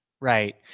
right